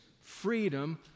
freedom